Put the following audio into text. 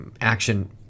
action